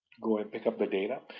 go and pick up the data,